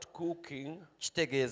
cooking